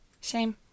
Shame